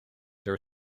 there